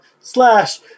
slash